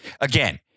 Again